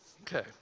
Okay